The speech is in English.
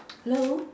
hello